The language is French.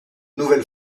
nouvelle